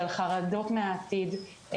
של חרדות מהעתיד,